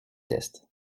test